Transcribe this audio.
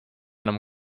enam